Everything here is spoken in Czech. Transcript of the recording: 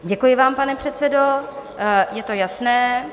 Děkuji vám, pane předsedo, je to jasné.